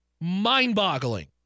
mind-boggling